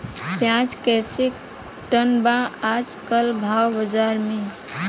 प्याज कइसे टन बा आज कल भाव बाज़ार मे?